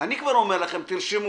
אני כבר אומר לכם - תרשמו,